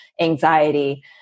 anxiety